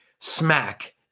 Smack